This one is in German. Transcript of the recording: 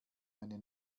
eine